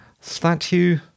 statue